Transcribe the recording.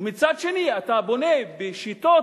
ומצד שני אתה בונה בשיטות